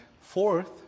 fourth